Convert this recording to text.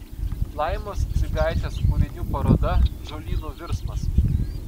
laimos dzigaitės kūrinių paroda žolynų virsmas